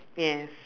yes